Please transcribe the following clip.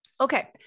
Okay